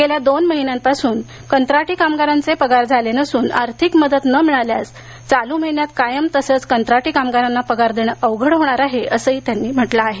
गेल्या दोन महिन्यापासून कंत्राटी कामगारांचे पगार झाले नसून आर्थिक मदत न मिळाल्यास चालू महिन्यात कायम तसेच कंत्राटी कामगारांना पगार देणं अवघड होणार आहे असंही त्यांनी म्हंटलं आहे